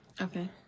Okay